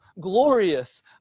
glorious